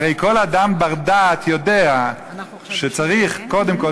הרי כל אדם בר-דעת יודע שצריך קודם כול